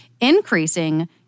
increasing